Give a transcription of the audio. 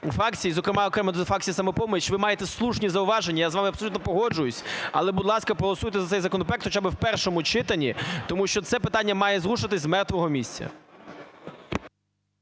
фракцій, зокрема, окремо до фракції "Самопомочі", ви маєте слушні зауваження, я з вами абсолютно погоджуюсь, але, будь ласка, проголосуйте за цей законопроект хоча би в першому читанні, тому що це питання має зрушитись з мертвого місця.